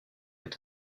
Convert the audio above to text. est